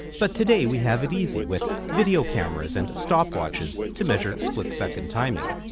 but today we have it easy with video cameras and stopwatches to measure split second timing.